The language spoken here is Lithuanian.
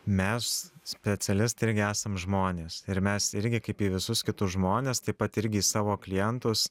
mes specialistai irgi esam žmonės ir mes irgi kaip į visus kitus žmones taip pat irgi į savo klientus